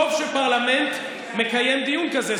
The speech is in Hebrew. טוב שפרלמנט מקיים דיון כזה.